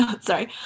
Sorry